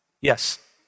Yes